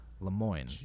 Lemoyne